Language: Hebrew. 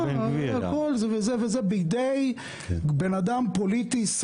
בידי בן אדם פוליטי,